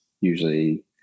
usually